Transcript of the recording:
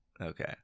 Okay